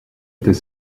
était